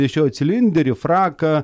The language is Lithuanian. nešiojo cilinderį fraką